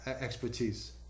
expertise